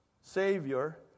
Savior